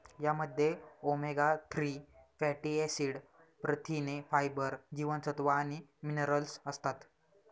यामध्ये omega three fatty acid, प्रथिने, fibre, जीवनसत्व आणि मिनरल्स असतात